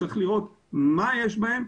צריך לראות מה יש בהם,